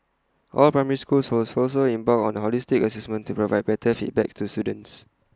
all primary schools was also embarked on holistic Assessment to provide better feedback to students